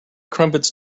crumpets